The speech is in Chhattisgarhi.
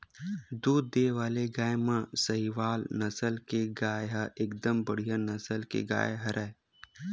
दूद देय वाले गाय म सहीवाल नसल के गाय ह एकदम बड़िहा नसल के गाय हरय